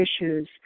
issues